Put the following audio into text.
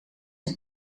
een